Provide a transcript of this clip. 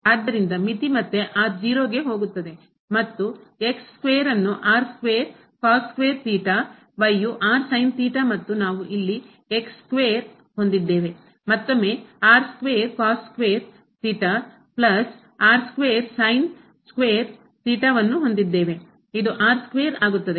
ಆದ್ದರಿಂದ ಮಿತಿ ಮತ್ತೆ ಗೆ ಹೋಗುತ್ತದೆ ಮತ್ತು ಸ್ಕ್ವೇರ್ ಅನ್ನು square square theta u r ಮತ್ತು ನಾವು ಇಲ್ಲಿ ಸ್ಕ್ವೇರ್ ಹೊಂದಿದ್ದೇವೆ ಮತ್ತೊಮ್ಮೆ square square plus square sin ಚದರ ಥೀಟಾ ಇದು ಸ್ಕ್ವೇರ್ ಆಗುತ್ತದೆ